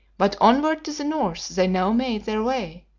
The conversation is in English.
but onward to the north they now made their way,